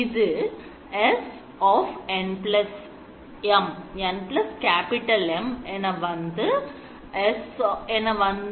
இது SnM Sn2 M−1 என்று உள்ளது